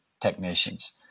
technicians